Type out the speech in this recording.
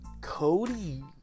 Cody